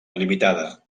limitada